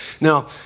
Now